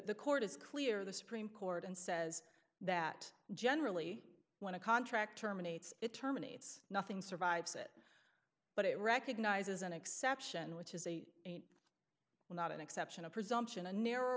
e court is clear the supreme court and says that generally when a contract terminates it terminates nothing survives it but it recognizes an exception which is a well not an exception a presumption a narrow